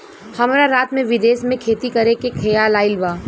हमरा रात में विदेश में खेती करे के खेआल आइल ह